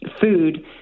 food